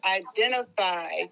identify